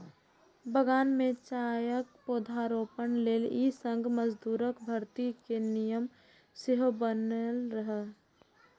बगान मे चायक पौधारोपण लेल ई संघ मजदूरक भर्ती के नियम सेहो बनेने रहै